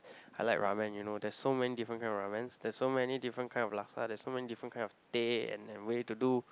I like ramen you know there's so many different kind of ramens there's so many different kind of laksa there's so many different kind of teh and the way to do